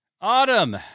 Autumn